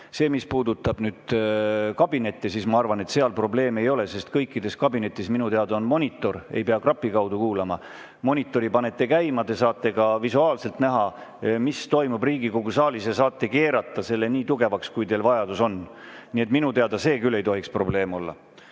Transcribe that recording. kuule. Mis puudutab kabinette, siis ma arvan, et seal probleeme ei ole, sest kõikides kabinettides minu teada on monitor, ei pea krapi kaudu kuulama. Monitori panete käima, te saate ka visuaalselt näha, mis toimub Riigikogu saalis, ja saate keerata selle nii tugevaks, kui teil vajadus on. Minu teada see küll ei tohiks probleem olla. Kalle